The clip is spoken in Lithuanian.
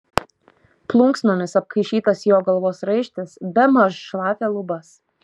plunksnomis apkaišytas jo galvos raištis bemaž šlavė lubas